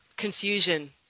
Confusion